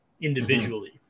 individually